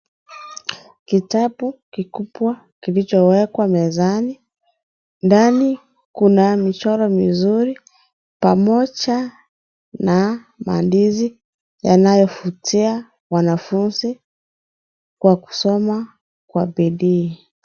Kitabu kikubwa kilichowekwa mezani. Ndani kuna michoro mizuri pamoja na maandisi yanayovutia wanafunzi kwa kusoma kwa bidii.